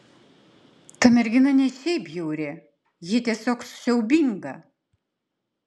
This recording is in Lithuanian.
ta mergina ne šiaip bjauri ji tiesiog siaubinga